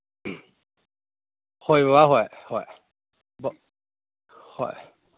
ꯍꯣꯏ ꯕꯕꯥ ꯍꯣꯏ ꯍꯣꯏ ꯍꯣꯏ